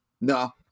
No